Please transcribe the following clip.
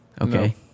Okay